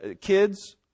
kids